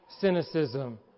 cynicism